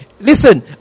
Listen